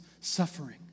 suffering